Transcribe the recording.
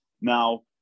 Now